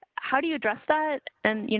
how do you address that? and, you